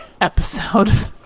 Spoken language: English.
episode